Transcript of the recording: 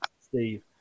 Steve